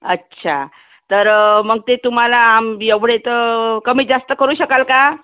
अच्छा तर मग ते तुम्हाला आम एवढे तर कमी जास्त करू शकाल का